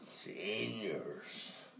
Seniors